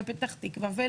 פתח תקווה,